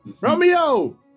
Romeo